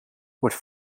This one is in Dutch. wordt